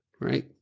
right